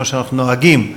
כמו שאנחנו נוהגים.